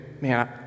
man